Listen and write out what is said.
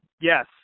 Yes